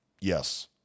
Yes